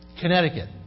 Connecticut